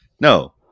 No